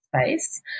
space